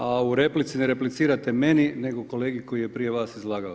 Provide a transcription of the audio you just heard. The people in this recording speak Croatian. A u replici ne replicirate meni nego kolegi koji je prije vas izlagao.